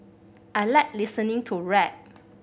I like listening to rap